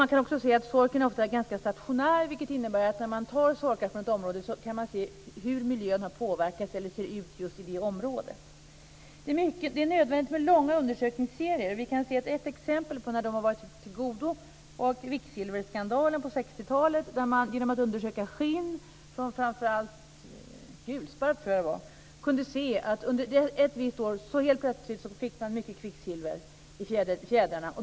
Man kan också se att sorken ofta är ganska stationär, vilket innebär att när man tar sorkar från ett område kan man se hur miljön har påverkats eller ser ut just i det området. Det är nödvändigt med långa undersökningsserier. Ett exempel på när de har varit av godo är kvicksilverskandalen på 60-talet. Genom att undersöka skinn från framför allt gulsparv, tror jag att det var, kunde man se att fåglarna under ett visst år helt plötsligt fick mycket kvicksilver i fjädrarna.